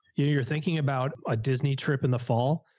you're thinking about a disney trip in the fall.